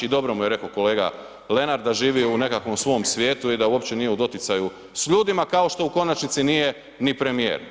I dobro mu je rekao kolega Lenart da živi u nekakvom svom svijetu i da uopće nije u doticaju s ljudima kao što u konačnici nije ni premijer.